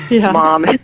mom